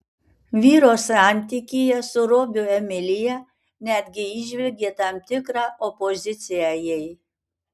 vyro santykyje su robiu emilija netgi įžvelgė tam tikrą opoziciją jai